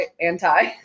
anti